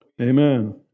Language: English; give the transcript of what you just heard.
Amen